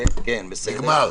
זהו, נגמר.